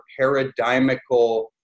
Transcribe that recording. paradigmical